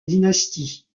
dynastie